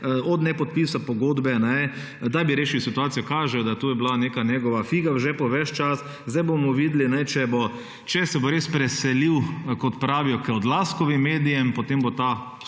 od nepodpisa pogodbe, da bi rešili situacijo kažejo, da tu je bila neka njegova figa v žepu ves čas. Zdaj bomo videli, če se bo res preselil, kot pravijo k odlaskovim medijem, potem bo pa